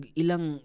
ilang